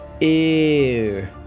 Ew